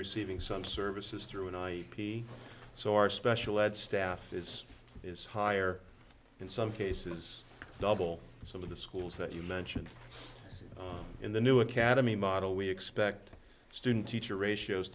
receiving some services through an i p so our special ed staff is is higher in some cases double and some of the schools that you mentioned in the new academy model we expect student teacher ratio